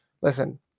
Listen